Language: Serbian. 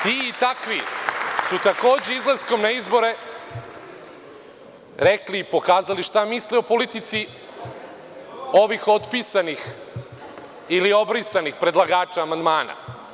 Ti i takvi su takođe izlaskom na izbore rekli i pokazali štamisle o politici ovih otpisanih ili obrisanih predlagača amandmana.